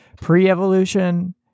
pre-evolution